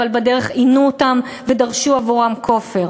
אבל בדרך עינו אותם ודרשו עבורם כופר.